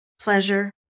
pleasure